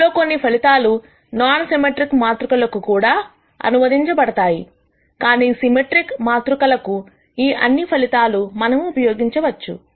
వీటిలో కొన్ని ఫలితాలు నాన్ సిమెట్రిక్ మాతృకలకు కూడా అనువదించబడతాయికానీ సిమెట్రిక్ మాతృకలకు ఈ అన్ని ఫలితాలు మనము ఉపయోగించవచ్చు